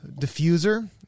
diffuser